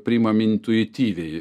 priimam intuityviai